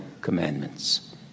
commandments